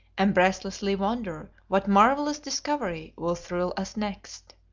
and breathlessly wonder what marvelous discovery will thrill us next.